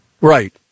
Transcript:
right